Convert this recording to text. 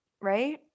Right